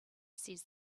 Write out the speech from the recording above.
says